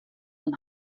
und